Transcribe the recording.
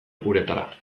uretara